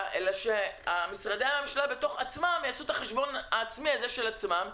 אלא שמשרדי הממשלה יעשו את החשבון הזה בעצמם,